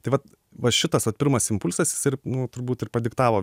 tai vat va šitas vat pirmas impulsas jisai ir nu turbūt ir padiktavo